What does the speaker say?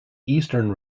eastern